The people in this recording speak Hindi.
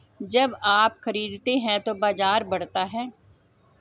जब आप खरीदते हैं तो बाजार बढ़ता है